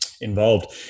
involved